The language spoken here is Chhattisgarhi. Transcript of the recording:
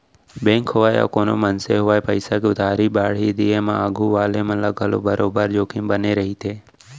बेंक होवय या कोनों मनसे होवय पइसा के उधारी बाड़ही दिये म आघू वाले मन ल घलौ बरोबर जोखिम बने रइथे